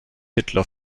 hitler